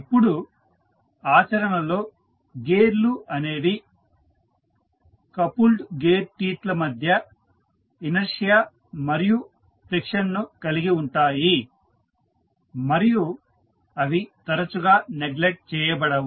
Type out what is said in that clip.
ఇప్పుడు ఆచరణలో గేర్లు అనేవి కపుల్డ్ గేర్ టీత్ ల మధ్య ఇనర్షియా మరియు ఫ్రిక్షన్ ను కలిగి ఉంటాయి మరియు అవి తరచుగా నెగ్లెక్ట్ చేయబడవు